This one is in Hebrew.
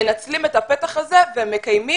מנצלים את הפתח הזה ומקיימים